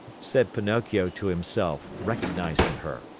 said pinocchio to himself, recognizing her.